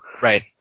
Right